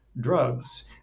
drugs